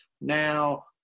now